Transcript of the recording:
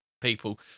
people